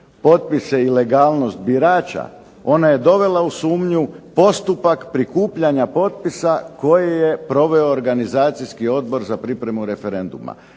Potpise i legalnost birača ona je dovela u sumnju postupak prikupljanja potpisa koji je proveo organizacijski odbor za pripremu referenduma.